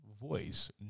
voice